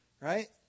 Right